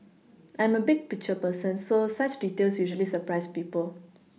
I am a big picture person so such details usually surprise people